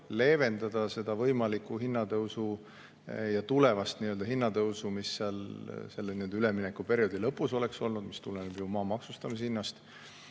leevendataks seda võimalikku hinnatõusu ja tulevast hinnatõusu, mis selle üleminekuperioodi lõpus oleks olnud ja mis maa maksustamise hinnast